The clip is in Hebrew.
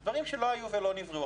אלה דברים שלא היו ולא נבראו.